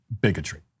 bigotry